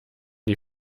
die